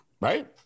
right